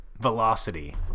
velocity